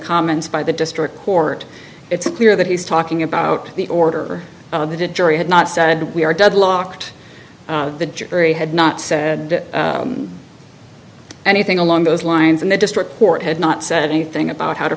comments by the district court it's clear that he's talking about the order jury had not said we are deadlocked the jury had not said anything along those lines and the district court had not said anything about how to